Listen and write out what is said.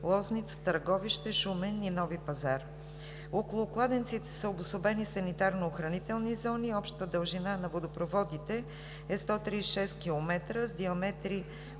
Лозница, Търговище, Шумен и Нови пазар. Около кладенците са обособени санитарно-охранителни зони. Общата дължина на водопроводите е 136 км с диаметри